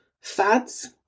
fads